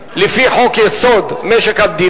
היא הסתייגות תקציבית לפי חוק-יסוד: משק המדינה,